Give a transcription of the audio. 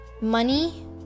money